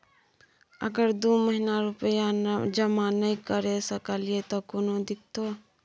अगर दू महीना रुपिया जमा नय करे सकलियै त कोनो दिक्कतों?